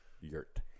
yurt